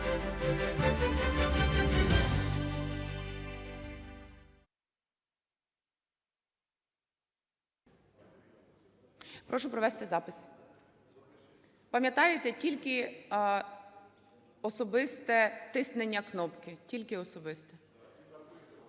Прошу провести запис. Пам'ятаєте, тільки особисте тиснення кнопки, тільки особисте.